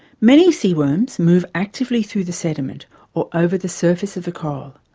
many seaworms move actively through the sediment or over the surface of the coral,